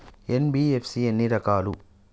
NBFC ఎన్ని రకాలు?